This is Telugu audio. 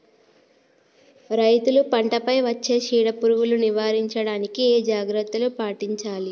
రైతులు పంట పై వచ్చే చీడ పురుగులు నివారించడానికి ఏ జాగ్రత్తలు పాటించాలి?